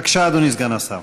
בבקשה, אדוני סגן השר.